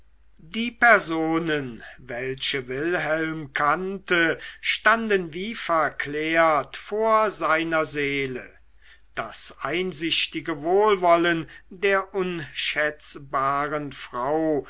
die personen welche wilhelm kannte standen wie verklärt vor seiner seele das einsichtige wohlwollen der unschätzbaren frau